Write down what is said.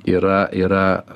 yra yra